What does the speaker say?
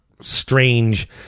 strange